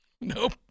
Nope